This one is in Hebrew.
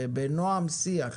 בנועם שיח.